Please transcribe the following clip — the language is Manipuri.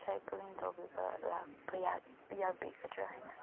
ꯔꯤꯁꯥꯏꯀ꯭ꯂꯤꯡ ꯇꯧꯕꯤꯕ ꯂꯥꯛꯄ ꯌꯥꯕꯤꯒꯗ꯭ꯔ ꯍꯥꯏꯅ